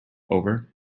over